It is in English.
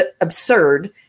absurd